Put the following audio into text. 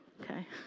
Okay